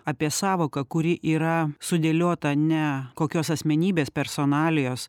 apie sąvoką kuri yra sudėliota ne kokios asmenybės personalijos